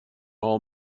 all